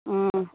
हँ